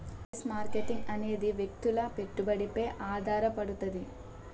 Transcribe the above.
share marketing అనేది వ్యక్తుల పెట్టుబడిపై ఆధారపడుతది